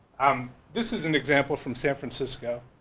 um this is an example from san francisco.